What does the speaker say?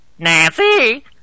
Nancy